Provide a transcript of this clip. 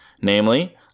Namely